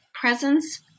presence